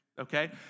okay